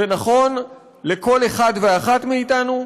זה נכון לכל אחד ואחת מאתנו,